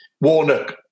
Warnock